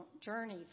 journey